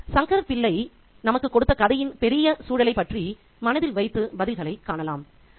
சிவசங்கர பிள்ளை நமக்குக் கொடுத்த கதையின் பெரிய சூழலைப் பற்றி மனதில் வைத்து பதில்களைக் காணலாம்